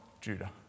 Judah